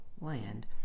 land